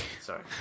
Sorry